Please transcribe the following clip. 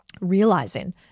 realizing